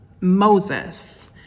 Moses